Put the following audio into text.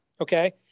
Okay